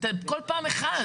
כל פעם אחד.